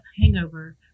hangover